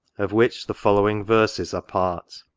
of which the following verses are a part.